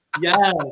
Yes